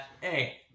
hey